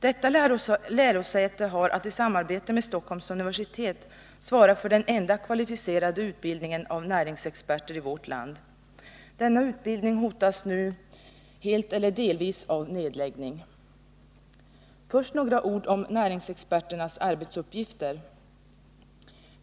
Detta lärosäte har att i samarbete med Stockholms universitet svara för den enda kvalificerade utbildningen av näringsexperter i vårt land. Denna utbildning hotas nu helt eller delvis av nedläggning. Innan jag går vidare på frågan om utbildning av näringsexperter vill jag säga några ord om deras arbetsuppgifter.